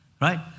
Right